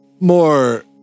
More